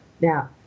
Now